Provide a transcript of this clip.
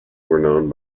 councils